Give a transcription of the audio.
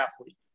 athlete